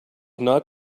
not